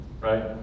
right